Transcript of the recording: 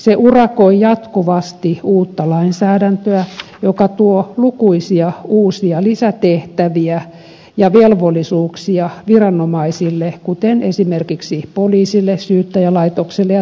se urakoi jatkuvasti uutta lainsäädäntöä joka tuo lukuisia uusia lisätehtäviä ja velvollisuuksia viranomaisille kuten esimerkiksi poliisille syyttäjälaitokselle ja tuomioistuinlaitokselle